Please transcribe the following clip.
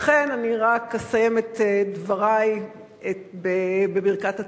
לכן אני רק אסיים את דברי בברכת "הצופים":